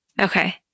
Okay